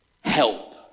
help